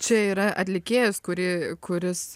čia yra atlikėjas kurį kuris